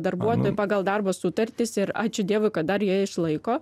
darbuotojų pagal darbo sutartis ir ačiū dievui kad dar jie išlaiko